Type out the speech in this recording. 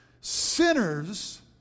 sinners